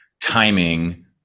timing